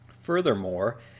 Furthermore